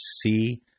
see